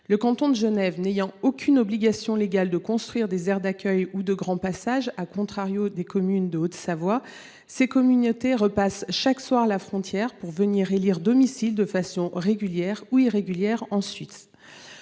Le canton de Genève n’ayant aucune obligation légale de construire des aires d’accueil ou de grand passage, au contraire des communes de Haute Savoie, ces communautés repassent chaque soir la frontière pour élire domicile, de façon régulière ou irrégulière, dans